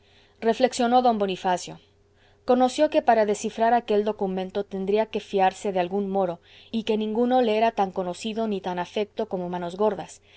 reflexionó d bonifacio conoció que para descifrar aquel documento tendría que fiarse de algún moro y que ninguno le era tan conocido ni tan afecto como